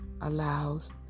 allows